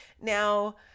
Now